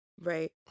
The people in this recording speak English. Right